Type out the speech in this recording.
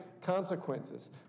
consequences